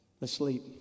asleep